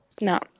No